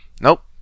Nope